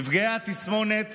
נפגעי התסמונת